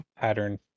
pattern